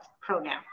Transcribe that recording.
pronoun